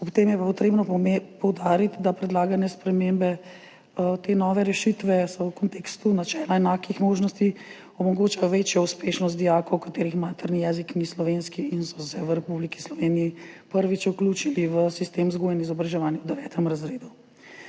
Ob tem je potrebno poudariti, da so predlagane spremembe te nove rešitve v kontekstu načela enakih možnosti, omogočajo večjo uspešnost dijakov, katerih materni jezik ni slovenski in so se v Republiki Sloveniji prvič vključili v sistem vzgoje in izobraževanja v 9. razredu.